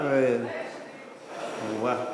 אוה,